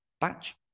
batch